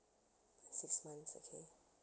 six months okay